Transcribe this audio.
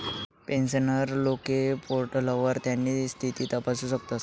pensioner लोके पोर्टलवर त्यास्नी स्थिती तपासू शकतस